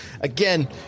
again